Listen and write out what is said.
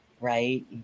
Right